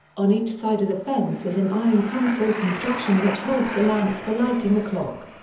on each side of the fence is an iron console construction which holds the lamps for lighting the clock.